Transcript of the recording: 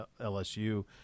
LSU